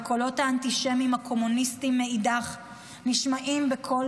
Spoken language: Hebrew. וקולות האנטישמים הקומוניסטים מאידך גיסא נשמעים בקול